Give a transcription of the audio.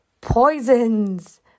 poisons